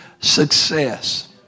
success